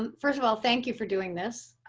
um first of all, thank you for doing this,